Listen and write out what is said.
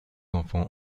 enfants